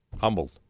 humbled